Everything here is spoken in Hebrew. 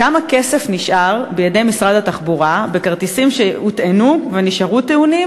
כמה כסף נשאר בידי משרד התחבורה בכרטיסים שהוטענו ונשארו טעונים,